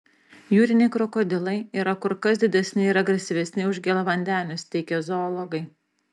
jūriniai krokodilai yra kur kas didesni ir agresyvesni už gėlavandenius teigia zoologai